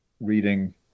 reading